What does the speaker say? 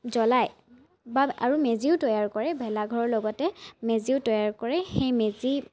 জ্ৱলায় বা আৰু মেজিও তৈয়াৰ কৰে ভেলাঘৰৰ লগতে মেজিও তৈয়াৰ কৰে সেই মেজি